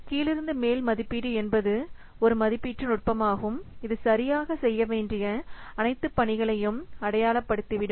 கீழிருந்து மேல் மதிப்பீடு என்பது ஒரு மதிப்பீட்டு நுட்பமாகும் இது சரியாக செய்யவேண்டிய அனைத்து பணிகளையும் அடையாளப் படுத்திவிடும்